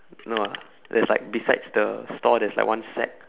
no lah there's like besides the store there's like one sack